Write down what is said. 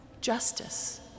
Justice